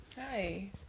Hi